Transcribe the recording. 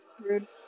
Rude